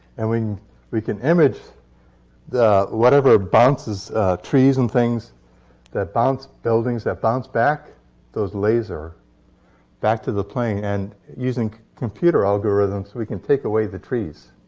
and we we can image the whatever bounces trees and things that bounce buildings that bounce back those laser back to the plane. and using computer algorithms, we can take away the trees.